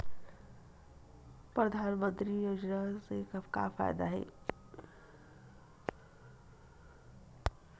परधानमंतरी योजना से का फ़ायदा हे?